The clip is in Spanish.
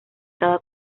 cada